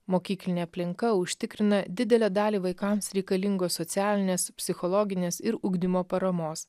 mokyklinė aplinka užtikrina didelę dalį vaikams reikalingos socialinės psichologinės ir ugdymo paramos